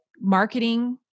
marketing